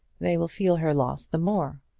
they will feel her loss the more.